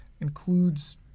includes